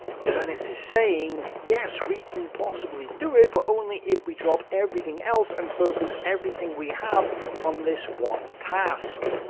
donitz is saying yes we can possibly do it, but only if we drop everything else and focus everything we have on this one task.